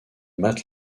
matt